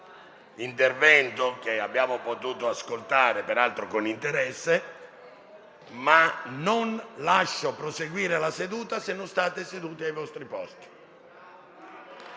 intervento, che abbiamo potuto ascoltare peraltro con interesse, ma non lascerò proseguire la seduta se non state seduti ai vostri posti.